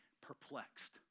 perplexed